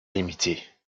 limités